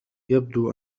يبدو